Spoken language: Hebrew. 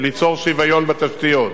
ליצור שוויון בתשתיות.